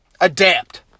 Adapt